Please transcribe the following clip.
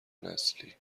نسلی